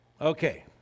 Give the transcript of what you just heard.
Okay